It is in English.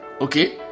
okay